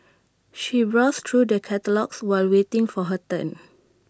she browsed through the catalogues while waiting for her turn